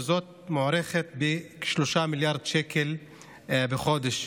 וזאת מוערכת בכ-3 מיליארד שקל בחודש.